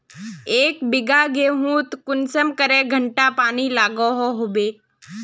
एक बिगहा गेँहूत कुंसम करे घंटा पानी लागोहो होबे?